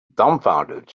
dumbfounded